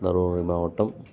தருமபுரி மாவட்டம்